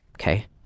okay